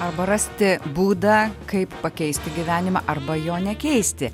arba rasti būdą kaip pakeisti gyvenimą arba jo nekeisti